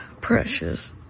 precious